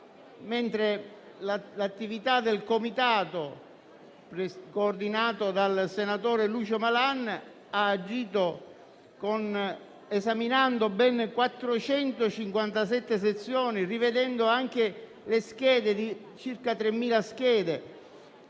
mentre l'attività del Comitato coordinato dal senatore Lucio Malan ha agito esaminando ben 457 sezioni, rivedendo circa 3.000 schede.